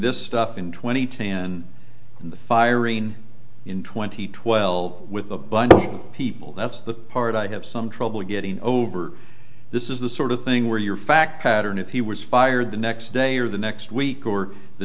this stuff and twenty tand firing twenty twelve with a bunch of people that's the part i have some trouble getting over this is the sort of thing where your fact pattern if he was fired the next day or the next week or the